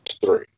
three